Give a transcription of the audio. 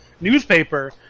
newspaper